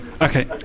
Okay